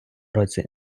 році